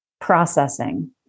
processing